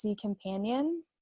companion